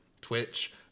twitch